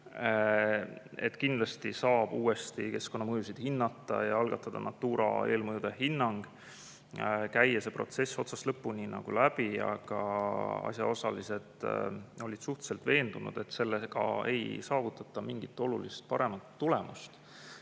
et kindlasti saab uuesti keskkonnamõju hinnata ja algatada ka Natura eelmõjude hinnangu, käia selle protsessi otsast lõpuni läbi. Aga asjaosalised olid suhteliselt veendunud, et sellega ei saavutata mingit oluliselt paremat tulemust,